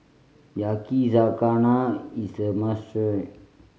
yakizakana is a must try